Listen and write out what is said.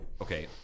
Okay